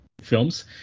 films